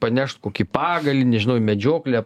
panešt kokį pagalį nežinau į medžioklę